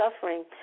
suffering